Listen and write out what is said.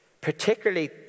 particularly